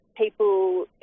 people